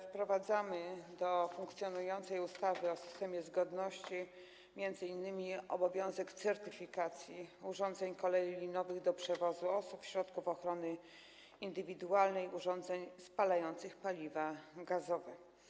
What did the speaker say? Wprowadzamy do funkcjonującej ustawy o systemie zgodności m.in. obowiązek certyfikacji urządzeń kolei linowych do przewozu osób, środków ochrony indywidualnej, urządzeń spalających paliwa gazowe.